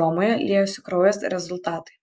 romoje liejosi kraujas rezultatai